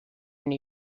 new